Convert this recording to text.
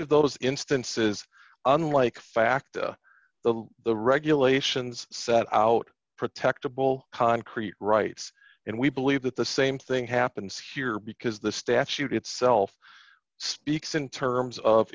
of those instances unlike fact the the regulations set out protectable concrete rights and we believe that the same thing happens here because the statute itself speaks in terms of